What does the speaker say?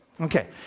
Okay